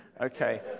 Okay